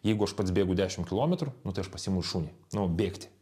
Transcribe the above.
jeigu aš pats bėgu dešimt kilometrų nu tai aš pasiimu šunį nu bėgti